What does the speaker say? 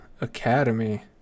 academy